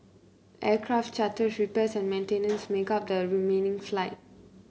aircraft charters repairs and maintenance make up the remaining flight